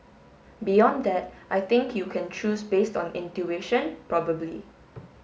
beyond that I think you can choose based on intuition probably